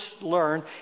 learn